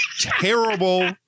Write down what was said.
terrible